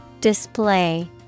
Display